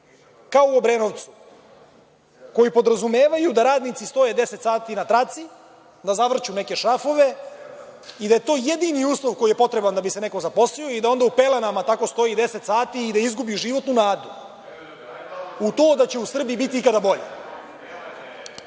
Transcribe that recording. kao u Obrenovcu, koji podrazumevaju da radnici stoje deset sati na traci, da zavrću neke šrafove i da je to jedini uslov koji je potreban da bi se neko zaposlio i da onda u pelenama tako stoji deset sati i da izgubi životnu nadu u to da će u Srbiji biti ikada